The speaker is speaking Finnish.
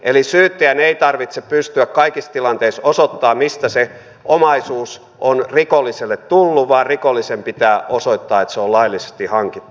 eli syyttäjän ei tarvitse pystyä kaikissa tilanteissa osoittamaan mistä se omaisuus on rikolliselle tullut vaan rikollisen pitää osoittaa että se on laillisesti hankittu